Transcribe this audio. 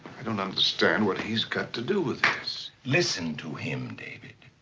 i don't understand what he's got to do with this. listen to him, david.